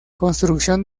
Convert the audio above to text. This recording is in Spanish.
construcción